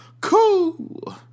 Cool